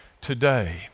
today